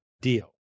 deal